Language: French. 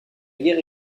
guerre